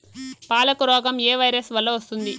పాలకు రోగం ఏ వైరస్ వల్ల వస్తుంది?